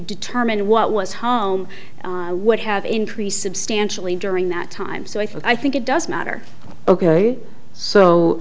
determine what was home would have increased substantially during that time so i think it does matter ok so